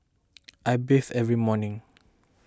I bathe every morning